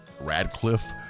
Radcliffe